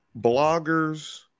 bloggers